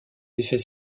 effets